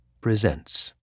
presents